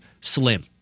slim